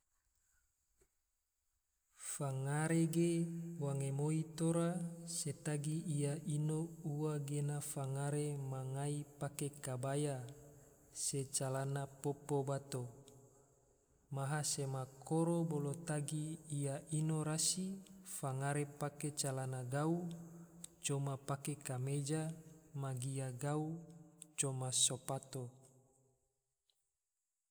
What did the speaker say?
Fangare ge wange moi tora se tagi ia ino ua ge, fangare mangai pak ekabaya se calan popo bato, maha sema koro bolo tagi ia ino rasi, fangare pake calan gau coma pake kameja ma gia gai, coma spato